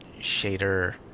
shader